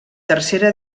tercera